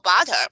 butter